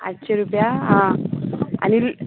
आटशीं रुपया आं आनी